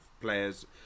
players